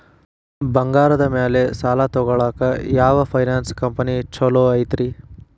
ಬಂಗಾರದ ಮ್ಯಾಲೆ ಸಾಲ ತಗೊಳಾಕ ಯಾವ್ ಫೈನಾನ್ಸ್ ಕಂಪನಿ ಛೊಲೊ ಐತ್ರಿ?